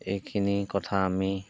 এইখিনি কথা আমি